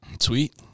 sweet